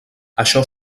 això